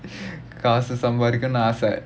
காசு சம்பாதிக்கணும்னு ஆச:kaasu sambaathikkanumnu aasa